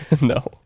no